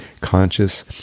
conscious